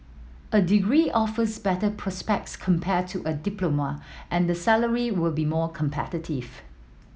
a degree offers better prospects compared to a diploma and the salary will be more competitive